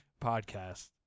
podcast